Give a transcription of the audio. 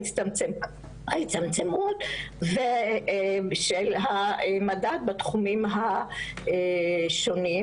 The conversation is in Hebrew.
ההצטמצמות ושל המדד בתחומים השונים,